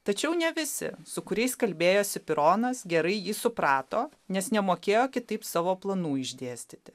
tačiau ne visi su kuriais kalbėjosi tironas gerai jį suprato nes nemokėjo kitaip savo planų išdėstyti